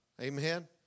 Amen